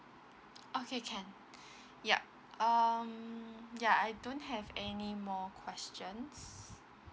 okay can yup um ya I don't have any more questions